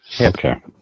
Okay